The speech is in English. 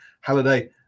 Halliday